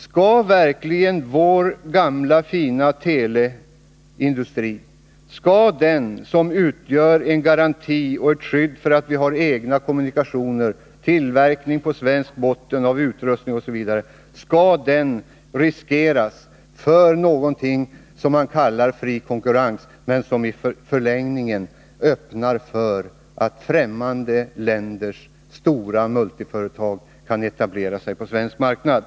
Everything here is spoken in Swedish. Skall verkligen vår gamla fina teleindustri, som utgör en garanti och ett skydd för att vi har egna kommunikationer, tillverkning på svensk botten av utrustning osv., riskeras för någonting som man kallar fri konkurrens men som i längden öppnar för att främmande länders stora multiföretag kan etablera sig på svensk marknad?